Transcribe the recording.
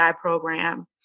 program